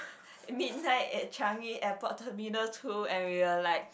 midnight at Changi-Airport terminal two and we were like